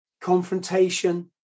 confrontation